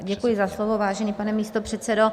Děkuji za slovo, vážený pane místopředsedo.